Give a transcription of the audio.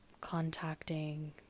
contacting